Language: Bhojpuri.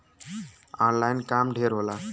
ऑनलाइन काम ढेर होला